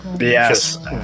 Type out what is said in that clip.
yes